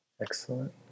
Excellent